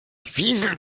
fieselt